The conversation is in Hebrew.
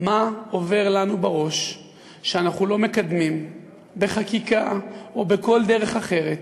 מה עובר לנו בראש כשאנחנו לא מקדמים בחקיקה או בכל דרך אחרת